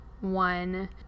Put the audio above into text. one